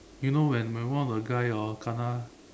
you know when when one of the guy orh kena